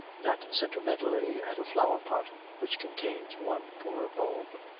not sentimentally at a flower-pot which contains one poor bulb,